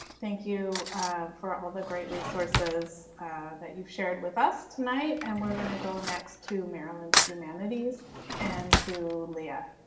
thank you for all the great resources that you've shared with us tonight and we're going to go next to maryland humanities and to lia.